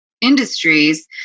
industries